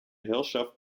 herrschaft